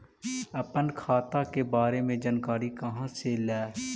अपन खाता के बारे मे जानकारी कहा से ल?